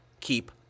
keep